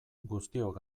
guztiok